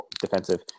defensive